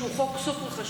שהוא חוק סופר-חשוב,